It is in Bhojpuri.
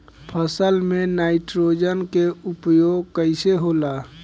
फसल में नाइट्रोजन के उपयोग कइसे होला?